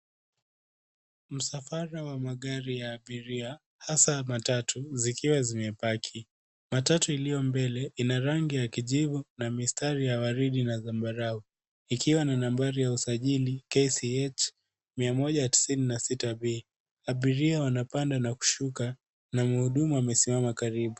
Msafara wa magari ya abiria hasa matatu zikiwa zimepaki. Matatu iliyo mbele ina rangi ya kijivu na mistari ya ua ridi na zambarau ikiwa na nambari ya usajili KCH 196B. Abiria wanapanda na kushuka na mhudumu anasimama karibu.